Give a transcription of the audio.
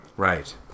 Right